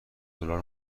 دلار